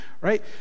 right